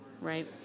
right